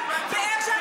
לרופאים ולצוותים.